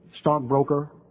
stockbroker